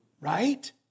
Right